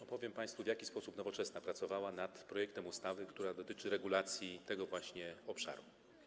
Opowiem państwu, w jaki sposób Nowoczesna pracowała nad projektem ustawy, która dotyczy regulacji tego właśnie obszaru.